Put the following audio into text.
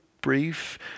brief